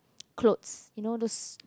clothes you know those